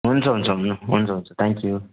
हुन्छ हुन्छ हुन्न हुन्छ हुन्छ थ्याङ्क्यु